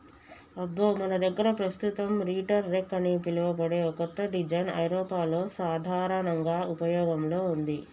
అబ్బో మన దగ్గర పస్తుతం రీటర్ రెక్ అని పిలువబడే ఓ కత్త డిజైన్ ఐరోపాలో సాధారనంగా ఉపయోగంలో ఉంది